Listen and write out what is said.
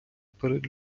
перед